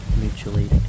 mutually